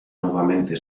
nuevamente